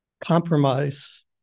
compromise